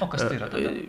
o kas tai yra tada